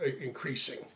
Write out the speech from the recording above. increasing